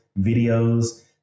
videos